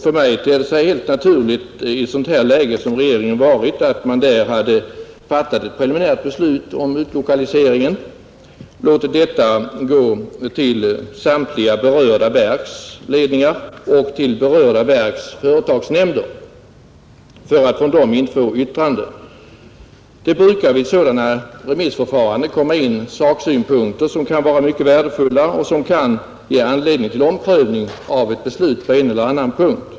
För mig ter det sig helt naturligt att i ett sådant läge som regeringen befann sig, man hade fattat ett preliminärt beslut om utlokalisering och låtit detta gå till samtliga berörda verks ledningar och till berörda verks företagsnämnder för att av dem infordra yttrande. Det brukar vid sådana remissförfaranden komma in saksynpunkter som kan vara värdefulla och som kan ge anledning till omprövning av ett beslut på en eller annan punkt.